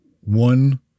one